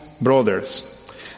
brothers